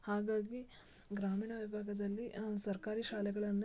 ಹಾಗಾಗಿ ಗ್ರಾಮೀಣ ವಿಭಾಗದಲ್ಲಿ ಸರ್ಕಾರಿ ಶಾಲೆಗಳನ್ನೇ